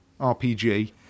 RPG